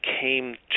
came